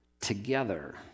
together